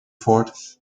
fort